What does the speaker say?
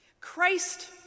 Christ